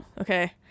okay